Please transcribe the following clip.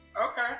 Okay